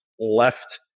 Left